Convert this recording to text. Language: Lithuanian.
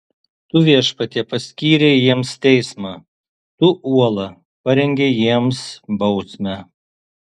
tu viešpatie paskyrei jiems teismą tu uola parengei jiems bausmę